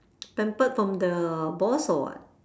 pampered from the boss or what